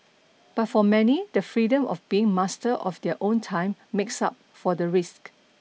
but for many the freedom of being master of their own time makes up for the risks